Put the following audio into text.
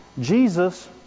Jesus